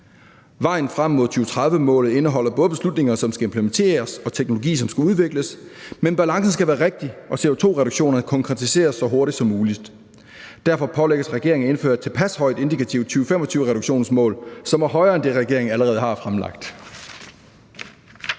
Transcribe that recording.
Vejen frem mod 2030-målet indeholder både beslutninger, som skal implementeres, og teknologi, som skal udvikles, men balancen skal være rigtig, og CO2-e-reduktionerne konkretiseres hurtigst muligt. Derfor pålægges regeringen at indføre et tilpas højt indikativt 2025-reduktionsmål, som er højere end det, regeringen allerede har fremlagt.«